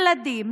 ילדים,